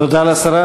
תודה לשרה.